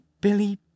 Billy